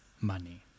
money